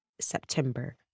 September